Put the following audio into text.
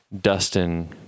dustin